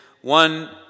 One